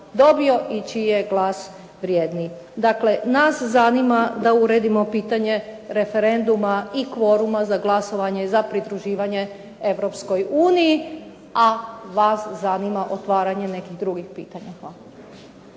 dobio i čiji je glas vrijedniji. Dakle, nas zanima da uredimo pitanje referenduma i kvoruma za glasovanje za pridruživanje Europskoj uniji, a vas zanima otvaranje nekih drugih pitanja. Hvala.